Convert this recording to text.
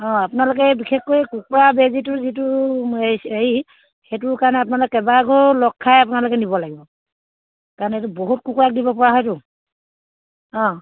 অঁ আপোনালোকে এই বিশেষকৈ কুকুৰা বেজীটো যিটো হেৰি সেইটোৰ কাৰণে আপোনালোকে কেইবা ঘৰৰ লগ খাই আপোনালোকে নিব লাগিব কাৰণ এইটো বহুত কুকুৰাক দিব পৰা হয়তো অঁ